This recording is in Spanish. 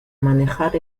manejar